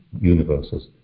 universes